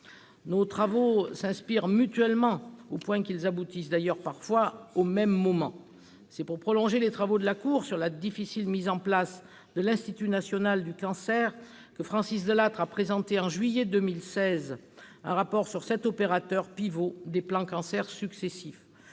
Nos travaux s'inspirent mutuellement, au point qu'ils aboutissent d'ailleurs parfois au même moment. C'est pour prolonger les travaux de la Cour des comptes sur la difficile mise en place de l'Institut national du cancer que Francis Delattre a présenté, au mois de juillet 2016, un rapport sur cet opérateur pivot des plans cancer successifs.